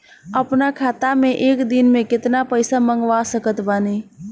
अपना खाता मे एक दिन मे केतना पईसा मँगवा सकत बानी?